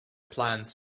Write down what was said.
plants